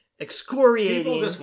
excoriating